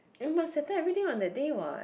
you must attend everything on that day what